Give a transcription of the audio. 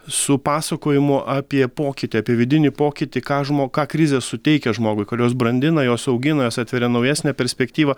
su pasakojimu apie pokytį apie vidinį pokytį ką žmo ką krizė suteikia žmogui kurios brandina jos augina jos atveria naujesnę perspektyvą